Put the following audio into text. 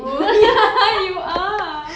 oh ya you are